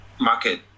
market